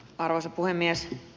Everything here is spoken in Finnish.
arvoisa puhemies